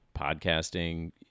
podcasting